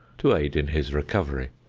to aid in his recovery.